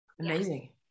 amazing